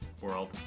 World